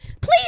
Please